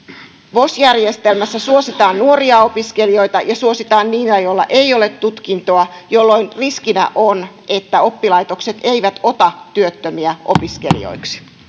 vos järjestelmässä suositaan nuoria opiskelijoita ja suositaan niitä joilla ei ole tutkintoa jolloin riskinä on että oppilaitokset eivät ota työttömiä opiskelijoiksi